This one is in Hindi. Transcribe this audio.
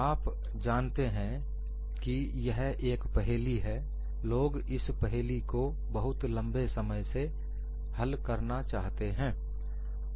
आप जानते हैं कि यह एक पहेली है लोग इस पहेली को बहुत लंबे समय से हल करना चाहते हैं